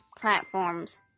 platforms